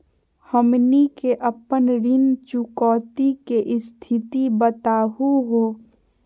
हमनी के अपन ऋण चुकौती के स्थिति बताहु हो?